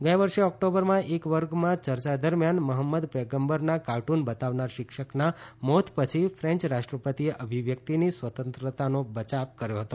ગયા વર્ષે ઓક્ટોબરમાં એક વર્ગમાં ચર્ચા દરમિયાન મહમ્મદ પયગમ્બરના કાર્ટ્રન બતાવનાર શિક્ષકના મોત પછી ફેન્ચ રાષ્ટ્રપતિએ અભિવ્યક્તિની સ્વતંત્રતાનો બયાવ કર્યો હતો